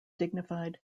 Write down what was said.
dignified